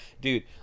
dude